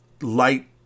light